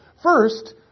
First